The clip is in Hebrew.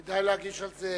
כדאי להגיש על זה